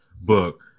book